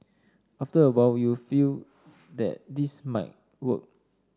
after a while you feel that this might work